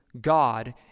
God